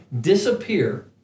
disappear